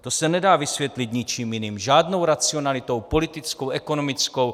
To se nedá vysvětlit ničím jiným, žádnou racionalitou politickou, ekonomickou.